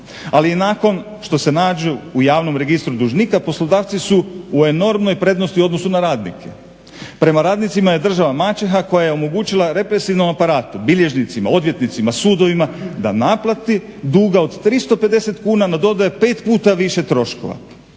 ali i nakon što se nađu u javnom registru dužnika poslodavci su u enormnoj prednosti u odnosu na radnike. Prema radnicima je država maćeha koja je omogućila represivnom aparatu, bilježnicima, odvjetnicima, sudovima da naplati duga od 350 kuna no dodaje pet puta više troškova